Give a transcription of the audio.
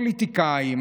פוליטיקאים,